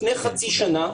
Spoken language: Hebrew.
לפני חצי שנה,